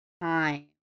time